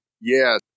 Yes